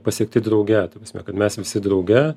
pasiekti drauge ta prasme kad mes visi drauge